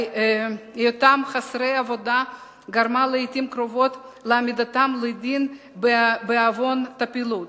היותם חסרי עבודה גרם לעתים קרובות להעמדתם לדין בעוון טפילות.